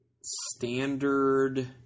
standard